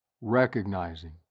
recognizing